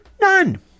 None